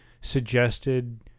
suggested